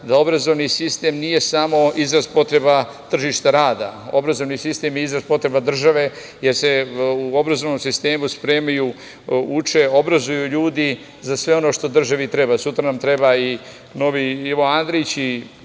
da obrazovni sistem nije samo izraz potreba tržišta rada. Obrazovni sistem je izraz potreba država, jer se u obrazovnom sistemu spremaju, uče i obrazuju ljudi za sve ono što državi treba. Sutra nam treba i novi Ivo Andrić